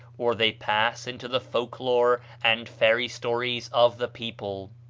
or they pass into the folk-lore and fairy stories of the people.